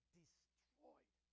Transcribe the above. destroyed